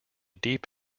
deep